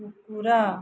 କୁକୁର